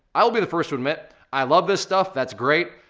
i will be the first to admit, i love this stuff, that's great,